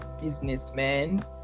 businessman